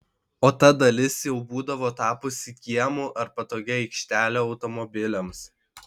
o ta dalis jau būdavo tapusi kiemu ar patogia aikštele automobiliams